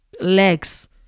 legs